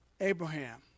Abraham